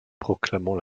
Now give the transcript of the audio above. proclamant